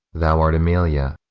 thou art aemilia.